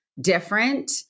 different